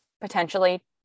potentially